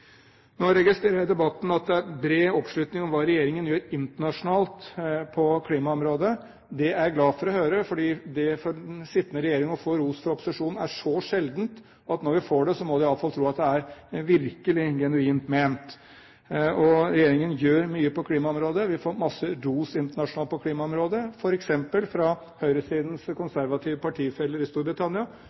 Nå registrerer jeg i debatten at det er bred oppslutning om hva regjeringen gjør internasjonalt på klimaområdet. Det er jeg glad for å høre, fordi det å få ros fra opposisjonen er så sjeldent for den sittende regjering at når vi får det, må vi iallfall tro at det virkelig er genuint ment. Regjeringen gjør mye på klimaområdet. Vi får masse ros internasjonalt på klimaområdet, f.eks. fra høyresidens konservative partifeller i Storbritannia,